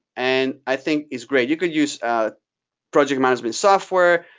and i think it's great. you could use project management software.